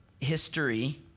history